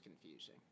confusing